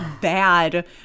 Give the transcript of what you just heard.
bad